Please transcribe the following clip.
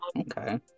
okay